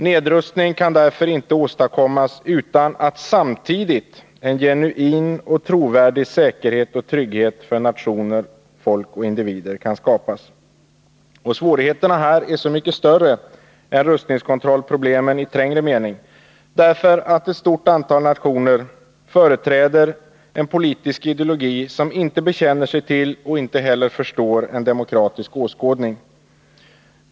Nedrustningarna kan därför inte åstadkommas utan att samtidigt en genuin och trovärdig säkerhet och trygghet för nationer, folk och individer kan skapas. Svårigheterna här är så mycket större än när det gäller rustningskontrollproblemen i trängre mening, därför att ett stort antal nationer företräder en politisk ideologi som inte bekänner sig till och inte heller förstår en demokratisk åskådning.